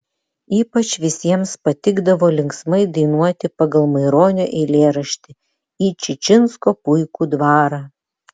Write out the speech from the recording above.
ypač visiems patikdavo linksmai dainuoti pagal maironio eilėraštį į čičinsko puikų dvarą